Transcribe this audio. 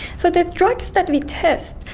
so the drugs that we test,